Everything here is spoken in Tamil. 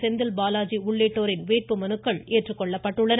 செந்தில்பாலாஜி உள்ளிட்டோரின் வேட்புமனுக்கள் ஏற்றுக்கொள்ளப்பட்டுள்ளன